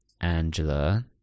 angela